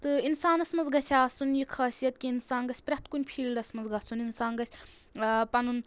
تہٕ اِنسانَس منٛز گژھہِ آسُن یہِ خاصت کہِ اِنسان گژھہِ پرٛیٚتھ کُنہِ فیٖلڈَس منٛز گژھُن اِنسان گژھہِ ٲں پَنُن